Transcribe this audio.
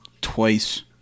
twice